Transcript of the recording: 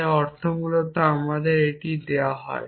তাই অর্থ মূলত আমাদের এটা দেওয়া হয়